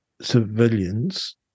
civilians